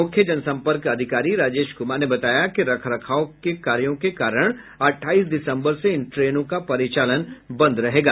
मुख्य जनसंपर्क अधिकारी राजेश कुमार ने बताया कि रख रखाव कार्यों के कारण अठाईस दिसम्बर से इन ट्रेनों का परिचालन बंद रहेगा